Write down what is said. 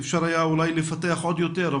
אפשר היה אולי לפתח עוד יותר,